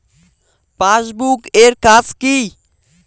Passbook এর কাজ কি?